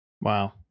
Wow